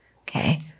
Okay